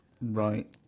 Right